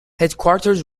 headquarters